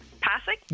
Passing